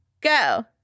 go